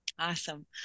Awesome